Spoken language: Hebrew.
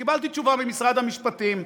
שקיבלתי תשובה ממשרד המשפטים,